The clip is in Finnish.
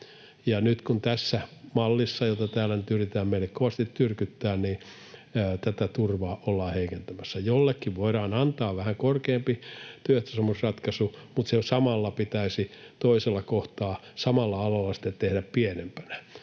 nyt tässä mallissa, jota täällä nyt yritetään meille kovasti tyrkyttää, tätä turvaa ollaan heikentämässä — jollekin voidaan antaa vähän korkeampi työehtosopimusratkaisu, mutta samalla se pitäisi toisella kohtaa samalla alalla sitten tehdä pienempänä,